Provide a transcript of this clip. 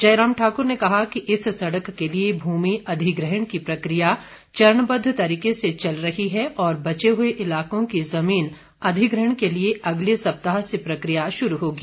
जयराम ठाकुर ने कहा कि इस सड़क के लिए भूमि अधिग्रहण की प्रक्रिया चरणबद्ध तरीके से चल रही है और बचे हुए इलाकों की जमीन अधिग्रहण के लिए अगले सप्ताह से प्रक्रिया शुरू होगी